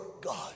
God